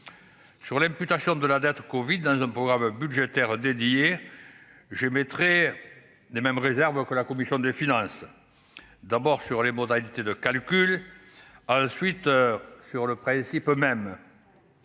sur l'imputation de la dette Covid dans un programme budgétaire dédiée j'émettrai n'même réserve que la commission des finances, d'abord sur les modalités de calcul à la suite sur le principe même,